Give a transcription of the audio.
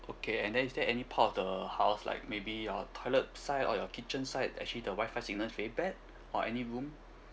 okay and then is there any part of the house like maybe your toilet side or your kitchen side actually the wifi signal is very bad or any room